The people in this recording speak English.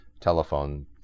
Telephone